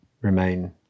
remain